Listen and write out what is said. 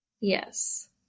Yes